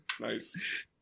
Nice